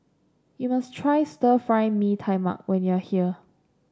you must try Stir Fry Mee Tai Mak when you are here